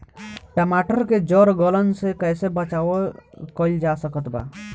टमाटर के जड़ गलन से कैसे बचाव कइल जा सकत बा?